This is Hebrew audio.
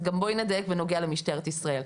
אז בואי גם נדייק במשטרת ישראל.